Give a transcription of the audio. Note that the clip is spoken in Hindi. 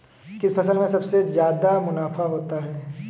किस फसल में सबसे जादा मुनाफा होता है?